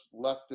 leftist